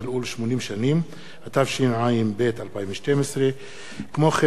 התשע"ב 2012. מסקנות ועדת החינוך,